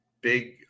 big